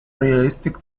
realistic